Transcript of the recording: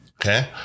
okay